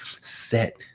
set